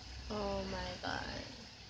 oh my god